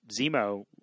Zemo